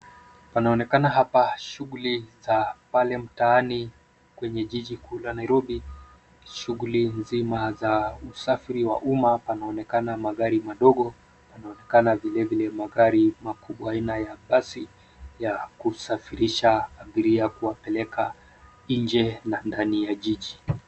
Panaonekana hapa shughuli za pale mtaani kwenye jiji kuu la Nairobi. Shughuli nzima za usafiri wa umma panaonekana magari madogo, panaonekana vilevile magari aina ya taxi ya kusafirisha abiria kuwapeleka nje na ndani ya jiji.